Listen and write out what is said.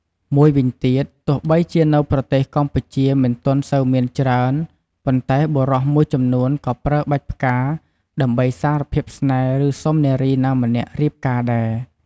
មួយវិញទៀត ទោះបីជានៅប្រទេសកម្ពុជាមិនទាន់សូវមានច្រើន ប៉ុន្តែបុរសមួយចំនួនក៏ប្រើបាច់ផ្កា ដើម្បីសារភាពស្នេហ៍ ឬ សុំនារីណាម្នាក់រៀបការដែរ។